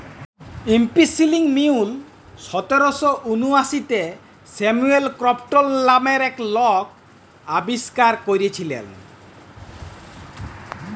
spinning mule সতের শ উনআশিতে স্যামুয়েল ক্রম্পটল লামের লক আবিষ্কার ক্যইরেছিলেল